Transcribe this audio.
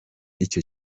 icyo